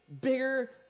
bigger